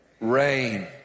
Rain